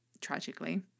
tragically